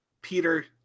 peter